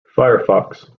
firefox